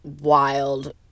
wild